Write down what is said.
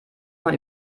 man